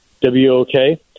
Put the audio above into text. W-O-K